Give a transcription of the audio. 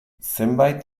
zenbait